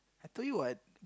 I told you what